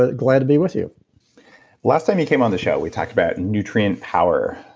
ah glad to be with you last time you came on the show, we talked about nutrient power.